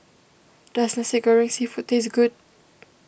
does Nasi Goreng Seafood taste good